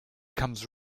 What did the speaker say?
comes